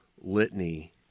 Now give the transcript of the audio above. litany